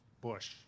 bush